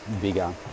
bigger